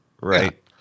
Right